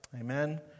Amen